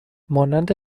مانند